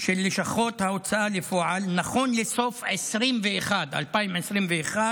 של לשכות ההוצאה לפועל, נכון לסוף 2021 היו